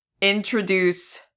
introduce